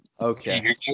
Okay